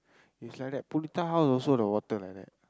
is like that Punitha house also the water like that